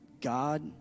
God